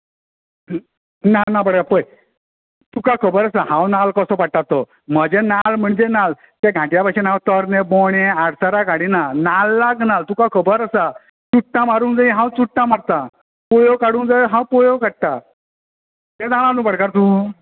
ना ना भाटकारा पळय तुका खबर आसा हांव नाल्ल कसो पाडटा तो म्हजे नाल्ल म्हणजे नाल्ल ते घांट्या भशेन हांव तरणे बोंडे आडसरां काडिना नाल्लाक नाल्ल तुका खबर आसा चुड्टां मारूंक जाय हांव चुड्टां मारतां पोंयो काडूंक जाय हांव पोंयो काडटां तें जाणां न्हय भाटकारा तूं